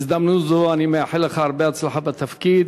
בהזדמנות זו אני מאחל לך הרבה הצלחה בתפקיד.